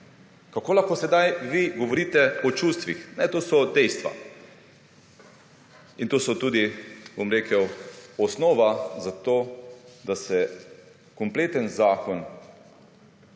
Kako lahko sedaj vi govorite o čustvih? Ne, to so dejstva. In to je tudi, bom rekel, osnova za to, da se kompleten zakon s